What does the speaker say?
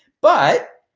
but,